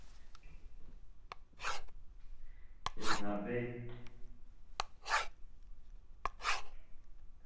केह् बना दे